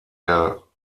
der